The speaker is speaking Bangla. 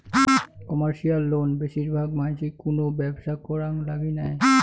কমার্শিয়াল লোন বেশির ভাগ মানসি কুনো ব্যবসা করাং লাগি নেয়